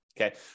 okay